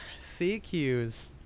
CQs